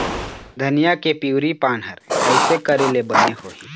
धनिया के पिवरी पान हर कइसे करेले बने होही?